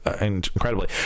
incredibly